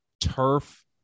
turf